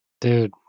Dude